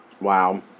Wow